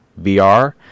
VR